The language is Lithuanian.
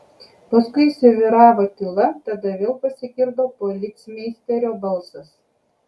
paskui įsivyravo tyla tada vėl pasigirdo policmeisterio balsas